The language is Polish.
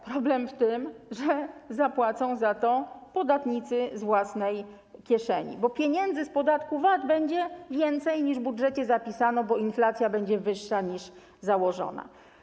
Problem w tym, że zapłacą za to podatnicy z własnej kieszeni, bo pieniędzy z podatku VAT będzie więcej, niż zapisano w budżecie, bo inflacja będzie wyższa niż założona.